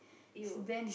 you